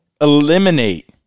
eliminate